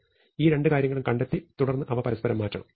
ഈ രണ്ട് കാര്യങ്ങളും കണ്ടെത്തി തുടർന്ന് അവ പരസ്പരം മാറ്റണം